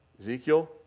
Ezekiel